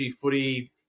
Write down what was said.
footy